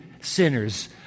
sinners